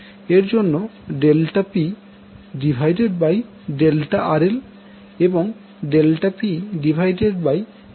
এর জন্য ΔPΔRL এবং ΔPΔXL সমান 0 হবে